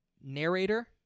narrator